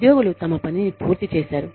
ఉద్యోగులు తమ పనిని పూర్తి చేసారు